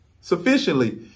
sufficiently